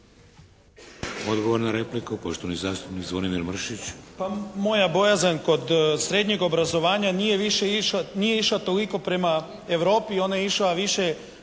Odgovor na repliku, poštovani zastupnik Zvonimir Mršić. **Mršić, Zvonimir (SDP)** Pa moja bojazan kod srednjeg obrazovanja nije išla toliko prema Europi, ona je išla više